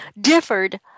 differed